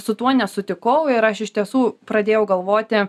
su tuo nesutikau ir aš iš tiesų pradėjau galvoti